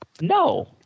No